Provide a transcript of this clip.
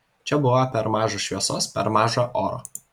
čia buvo per maža šviesos per maža oro